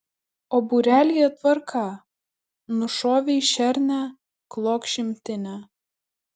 o būrelyje tvarka nušovei šernę klok šimtinę